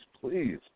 please